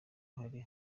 hari